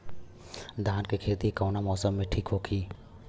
धान के खेती कौना मौसम में ठीक होकी?